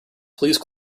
please